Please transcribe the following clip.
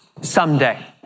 someday